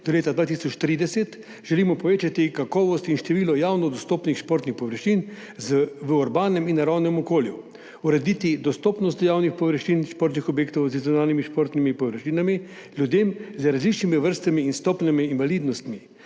do 2030 želimo povečati kakovost in število javno dostopnih športnih površin v urbanem in naravnem okolju, urediti dostopnost do javnih površin, športnih objektov z zunanjimi športnimi površinami, ljudem z različnimi vrstami in stopnjami invalidnosti